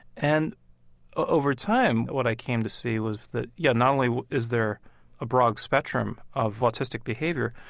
and over time, what i came to see was that, yeah, not only is there a broad spectrum of autistic behavior,